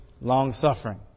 long-suffering